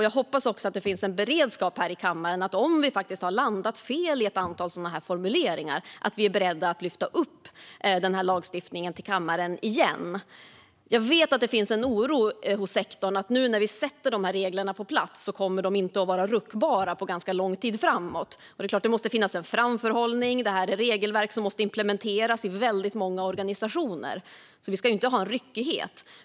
Jag hoppas också att det finns en beredskap här i kammaren för att, om vi faktiskt har landat fel i ett antal sådana här formuleringar, vara beredda att lyfta upp denna lagstiftning till kammaren igen. Jag vet att det finns en oro hos sektorn för att dessa regler, när vi nu sätter dem på plats, inte kommer att vara ruckbara på ganska lång tid framåt. Det är klart att det måste finnas en framförhållning. Detta är regelverk som måste implementeras i väldigt många organisationer, och vi ska inte ha en ryckighet.